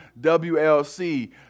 WLC